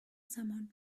زمان